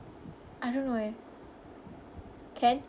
I don't know eh can